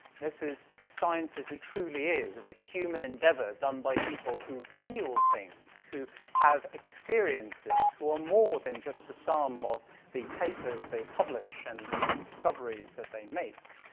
this is science as it truly is, a human endeavor done by people who feel things, who have experiences, who are more than just the sum of the papers they publish and the discoveries that they make.